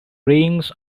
rings